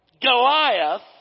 Goliath